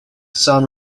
sound